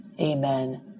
amen